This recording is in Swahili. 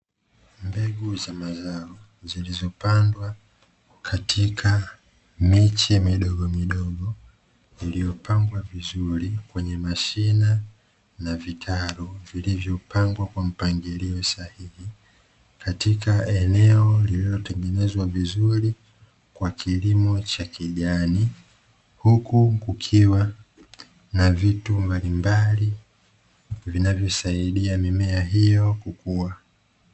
Mbegu za mazao zilizopandwa katika miche midogomidogo iliyopangwa vizuri kwenye mashina na vitalu vilivyopangwa kwa mpangilio sahihi, katika eneo lililotengenezwa vizuri kwa kilimo cha kijani. Huku kukiwa na vitu mbalimbali vinavyosaidia mimea hiyo kukua.